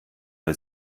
bei